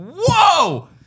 Whoa